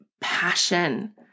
passion